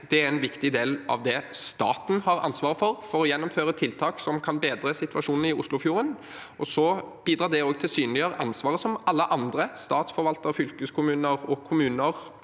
Det er en viktig del av det staten har ansvaret for, for å gjennomføre tiltak som kan bedre situasjonen i Oslofjorden. Det bidrar også til å synliggjøre ansvaret som alle andre – statsforvaltere, fylkeskommuner, kommuner